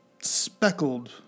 speckled